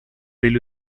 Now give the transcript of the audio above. del